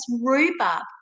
rhubarb